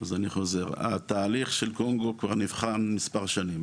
אז אני חוזר, התהליך של קונגו כבר נבחן מספר שנים.